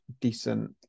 decent